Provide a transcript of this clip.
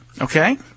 Okay